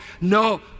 no